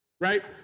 right